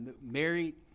married